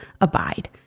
abide